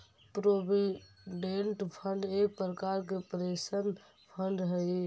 provident fund एक प्रकार के पेंशन फंड हई